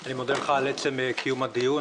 אני מודה לך על עצם קיום הדיון.